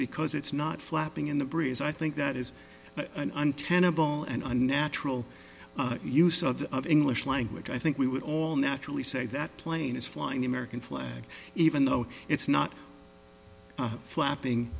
because it's not flapping in the breeze i think that is an untenable and unnatural use of english language i think we would all naturally say that plane is flying the american flag even though it's not flapping